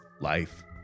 life